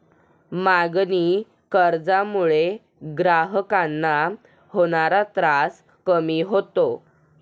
मागणी कर्जामुळे ग्राहकांना होणारा त्रास कमी होतो